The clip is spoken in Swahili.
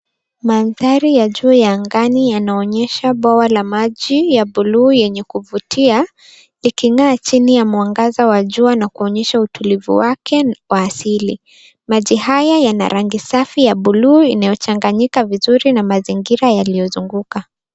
Mandhari juu ya ngani yanaonyesha bwawa la maji la blue, yenye kuvutia, liking'aa chini ya mwangaza wa jua na kuonyesha utulivu wake wa asili. Maji haya yana rangi safi ya blue inayochanganyika vizuri na mazingira yaliozunguka.